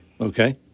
okay